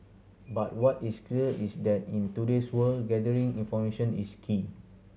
but what is clear is that in today's world gathering information is key